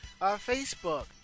Facebook